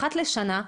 אחת לשנה,